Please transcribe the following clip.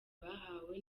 bahawe